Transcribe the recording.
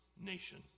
nation